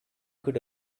could